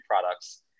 products